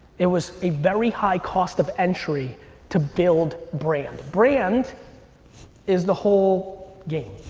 it was a very high cost of entry to build brand. brand is the whole game.